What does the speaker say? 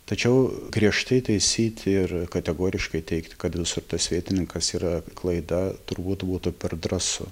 tačiau griežtai taisyti ir kategoriškai teigti kad visur tas vietininkas yra klaida turbūt būtų per drąsu